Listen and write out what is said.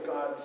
God